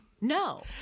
No